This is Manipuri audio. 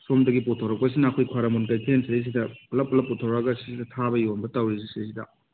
ꯁꯣꯝꯗꯒꯤ ꯄꯨꯊꯣꯔꯛꯄꯁꯤꯅ ꯑꯩꯈꯣꯏ ꯈ꯭ꯋꯥꯏꯔꯝꯕꯟ ꯀꯩꯊꯦꯟꯁꯤꯗꯩꯁꯤꯗ ꯄꯨꯂꯞ ꯄꯨꯂꯞ ꯄꯨꯊꯣꯔꯛꯑꯒ ꯁꯤꯗ ꯊꯥꯕ ꯌꯣꯟꯕ ꯇꯧꯔꯤꯁꯦ ꯁꯤꯗꯩꯁꯤꯗ